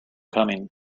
coming